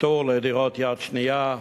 פטור לדירת יד שנייה,